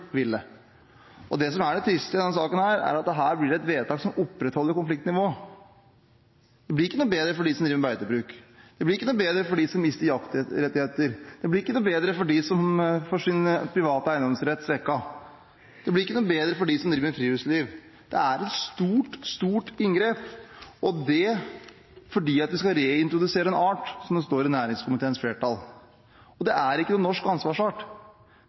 Det som er det triste i denne saken, er at dette blir et vedtak som opprettholder konfliktnivået. Det blir ikke noe bedre for dem som driver med beitebruk. Det blir ikke noe bedre for dem som mister jaktrettigheter. Det blir ikke noe bedre for dem som får sin private eiendomsrett svekket. Det blir ikke noe bedre for dem som driver med friluftsliv. Dette er et stort, stort inngrep – og det fordi vi skal reintrodusere en art, som det står i uttalelsen fra næringskomiteens flertall. Og det er ingen norsk ansvarsart.